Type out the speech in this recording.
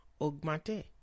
augmenter